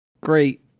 Great